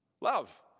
Love